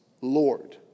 Lord